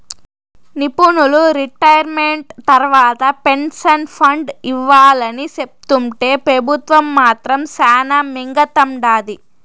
నిపునులు రిటైర్మెంట్ తర్వాత pension fund ఇవ్వాలని సెప్తుంటే పెబుత్వం మాత్రం శానా మింగతండాది